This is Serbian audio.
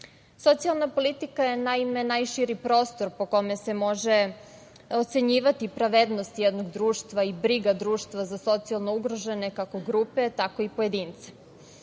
ubuduće. Socijalna politika je, naime, najširi prostor po kome se može ocenjivati pravednost jednog društva i briga društva za socijalno ugrožene, kako grupe, tako i pojedince.